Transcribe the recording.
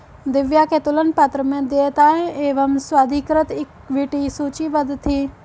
दिव्या के तुलन पत्र में देयताएं एवं स्वाधिकृत इक्विटी सूचीबद्ध थी